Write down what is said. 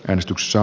enestykssa